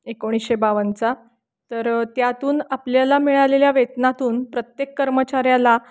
एकोणीसशे बावन्नचा तर त्यातून आपल्याला मिळालेल्या वेतनातून प्रत्येक कर्मचाऱ्याला